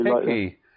picky